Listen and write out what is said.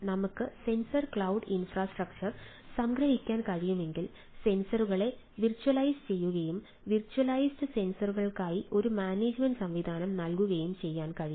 നമുക്ക് sensor cloud infrastructure സംഗ്രഹിക്കാൻ കഴിയുമെങ്കിൽ സെൻസറുകളെ വിർച്വലൈസ് ചെയ്യുകയും വിർച്വലൈസ്ഡ് സെൻസറുകൾക്കായി ഒരു മാനേജുമെന്റ് സംവിധാനം നൽകുകയും ചെയ്യാൻ കഴിയും